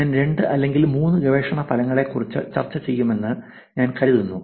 ഞാൻ 2 അല്ലെങ്കിൽ 3 ഗവേഷണ ഫലങ്ങളെക്കുറിച്ച് ചർച്ച ചെയ്യാമെന്ന് ഞാൻ കരുതുന്നു